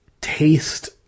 taste